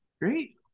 Great